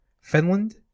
Finland